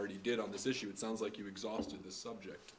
already did on this issue it sounds like you exhausted the subject